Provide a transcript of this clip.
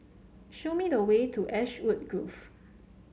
show me the way to Ashwood Grove